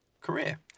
career